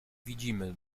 widzimy